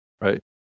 right